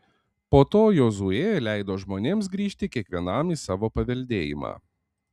po to jozuė leido žmonėms grįžti kiekvienam į savo paveldėjimą